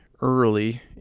early